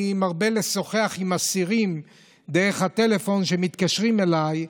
אני מרבה לשוחח בטלפון עם אסירים שמתקשרים אליי.